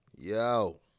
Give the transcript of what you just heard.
Yo